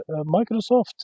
Microsoft